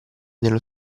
nello